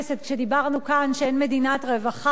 כשדיברנו כאן שאין מדינת רווחה,